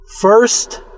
First